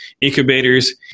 incubators